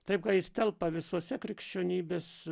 taip jis telpa visuose krikščionybės